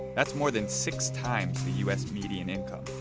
that's more than six times the us median income.